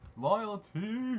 Loyalty